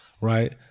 right